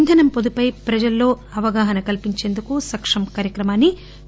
ఇంధన పొదుపుపై ప్రజల్లో అగాహన కల్పించేందుకు సక్షమ్ కార్యక్రమాన్సి